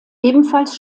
ebenfalls